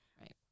right